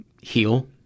heal